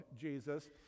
Jesus